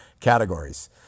categories